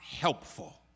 helpful